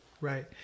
right